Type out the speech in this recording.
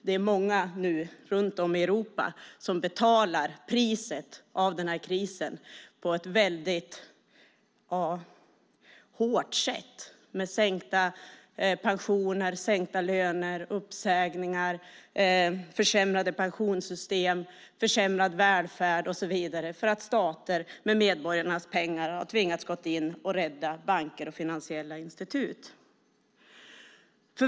Det är många runt om i Europa som betalar priset för krisen på ett hårt sätt med sänkta löner och pensioner, uppsägningar, försämrade pensionssystem, försämrad välfärd och så vidare för att stater har tvingats gå in med medborgarnas pengar och rädda banker och finansiella institut.